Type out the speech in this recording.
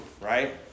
right